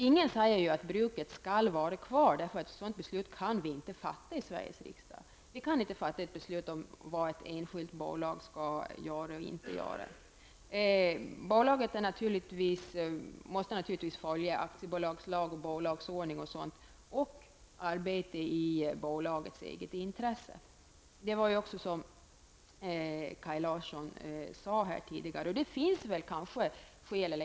Ingen säger att bruket skall vara kvar. Ett sådant beslut kan vi inte fatta i Sveriges riksdag. Vi kan inte fatta ett beslut om vad ett enskilt bolag skall göra eller inte göra, även om bolaget naturligtvis måste följa aktiebolagslag, bolagsordning och sådant och arbeta i bolagets eget intresse, som också Kaj Larsson sade här tidigare.